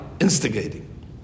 instigating